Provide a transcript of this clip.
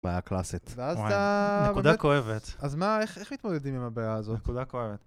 בעיה קלאסית נקודה כואבת אז מה איך מתמודדים עם הבעיה הזאת.